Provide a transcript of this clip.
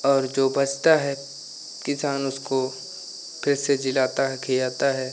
और जो बचता है किसान उसको फिर से जिलाता है खिलाता है